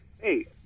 hey